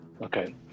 Okay